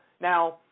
Now